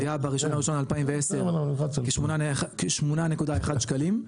היה ב, 1.1.2010, 8.1 שקלים,